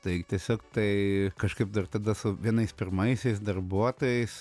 tai tiesiog tai kažkaip dar tada su vienais pirmaisiais darbuotojais